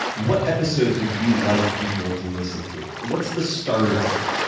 what episodes would you like people to listen to? what's the starter kit?